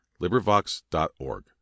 LibriVox.org